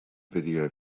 video